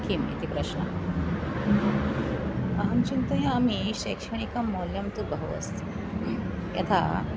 किम् इति प्रश्नः अहं चिन्तयामि शैक्षणिकमौल्यं तु बहु अस्ति यथा